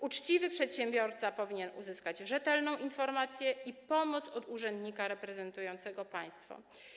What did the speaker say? Uczciwy przedsiębiorca powinien uzyskać rzetelną informację i pomoc od urzędnika reprezentującego państwo.